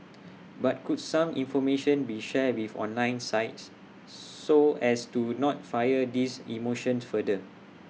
but could some information be shared with online sites so as to not fire these emotions further